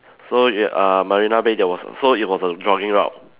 so you uh Marina Bay there was so it was a jogging route